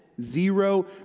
Zero